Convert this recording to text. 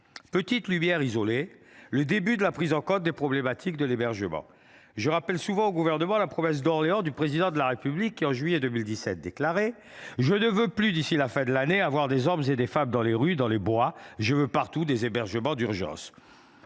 le début de commencement de prise en compte des problématiques de l’hébergement. Je rappelle souvent au Gouvernement la promesse faite par le Président de la République à Orléans en juillet 2017 :« Je ne veux plus, d’ici la fin de l’année, avoir des hommes et des femmes dans les rues, dans les bois. Je veux partout des hébergements d’urgence. »